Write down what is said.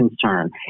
concern